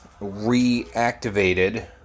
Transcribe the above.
reactivated